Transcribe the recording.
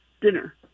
dinner